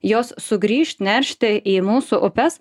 jos sugrįš neršti į mūsų upes